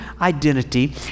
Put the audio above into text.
identity